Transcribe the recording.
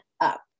up